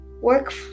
work